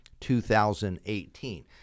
2018